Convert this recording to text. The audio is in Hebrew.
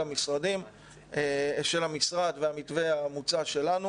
של המשרד ושלנו,